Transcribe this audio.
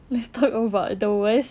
let's talk over the worst